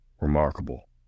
remarkable